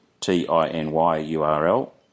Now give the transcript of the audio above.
t-i-n-y-u-r-l